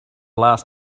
last